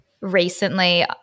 recently